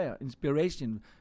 inspiration